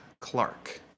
Clark